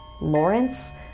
Lawrence